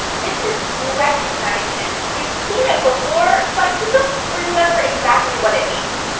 this is recognizing it. you've seen it before, but you don't remember exactly what it means.